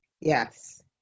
Yes